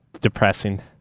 depressing